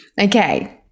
okay